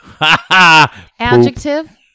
Adjective